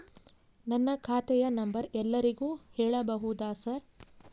ನನ್ನ ಖಾತೆಯ ನಂಬರ್ ಎಲ್ಲರಿಗೂ ಹೇಳಬಹುದಾ ಸರ್?